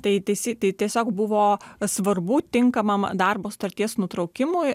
tai teisi tai tiesiog buvo svarbu tinkamam darbo sutarties nutraukimui